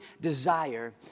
desire